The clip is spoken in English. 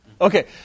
Okay